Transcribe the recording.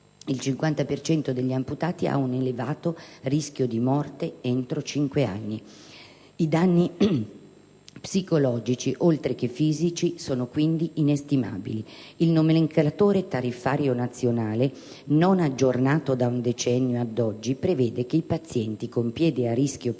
cento degli amputati ha un elevato rischio di morte entro cinque anni. I danni psicologici, oltre che fisici, sono inestimabili. Il nomenclatore tariffario nazionale, non aggiornato da un decennio, ad oggi prevede che i pazienti con piede a rischio per